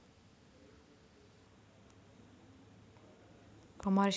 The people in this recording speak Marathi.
कमर्शियल बँक ही एक वित्तीय संस्था आहे जी लोकांकडून ठेवी स्वीकारते